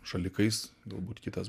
šalikais galbūt kitas